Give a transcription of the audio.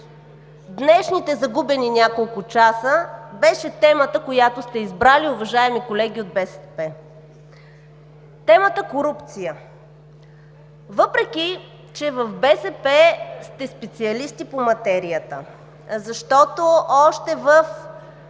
днешните загубени няколко часа, беше темата, която сте избрали, уважаеми колеги от БСП – темата „Корупция“. Въпреки, че в БСП сте специалисти по материята, защото още в